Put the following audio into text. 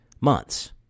Months